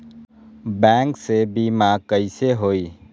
Bank से बिमा कईसे होई?